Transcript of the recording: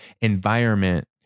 environment